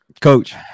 Coach